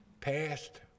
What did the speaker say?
passed